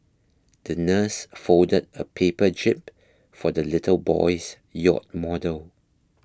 the nurse folded a paper jib for the little boy's yacht model